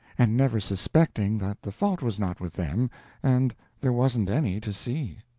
and never suspecting that the fault was not with them and there wasn't any to see.